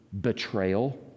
betrayal